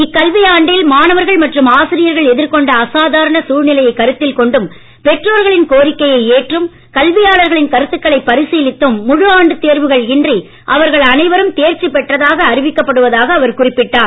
இக்கல்வி மற்றும் எதிர்கொண்ட அசாதாரண சூழ்நிலையைக் கருத்தில் கொண்டும் பெற்றோர்களின் கோரிக்கையை ஏற்றும் கல்வியாளர்களின் கருத்துக்களை பரிசீலித்தும் முழு ஆண்டுத் தேர்வுகள் இன்றி இவர்கள் அனைவரும் தேர்ச்சி பெற்றதாக அறிவிக்கப் படுவதாகக் குறிப்பிட்டார்